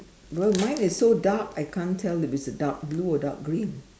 but mine is so dark I can't tell if it's a dark blue or dark green